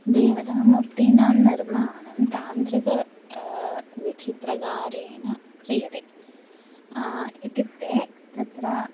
देवतामूर्तीनां निर्माणं तान्त्रिकेन विधिप्रकारेण क्रियते इत्युक्ते तत्र